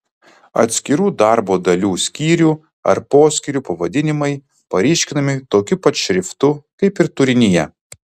atskirų darbo dalių skyrių ar poskyrių pavadinimai paryškinami tokiu pat šriftu kaip ir turinyje